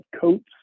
coats